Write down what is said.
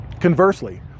Conversely